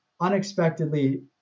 unexpectedly